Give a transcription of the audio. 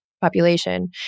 population